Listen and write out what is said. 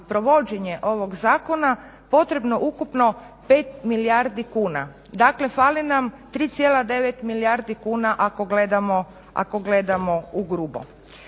provođenje ovog zakona potrebno ukupno 5 milijardi kuna. Dakle, fali nam 3,9 milijardi kuna ako gledamo ugrubo.